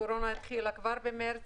הקורונה התחילה כבר במרס,